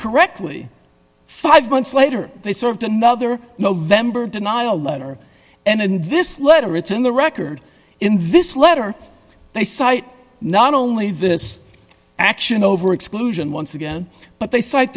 correctly five months later they served another nov denial letter and this letter it's in the record in this letter they cite not only this action over exclusion once again but they